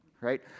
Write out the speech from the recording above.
right